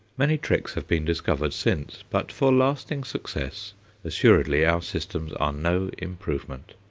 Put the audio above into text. many tricks have been discovered since, but for lasting success assuredly our systems are no improvement.